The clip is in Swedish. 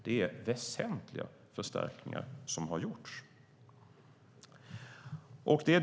Det är väsentliga förstärkningar som har gjorts.